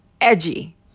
edgy